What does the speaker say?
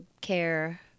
care